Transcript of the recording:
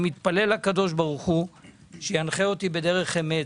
אני מתפלל לקדוש ברוך הוא שינחה אותי בדרך אמת.